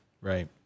Right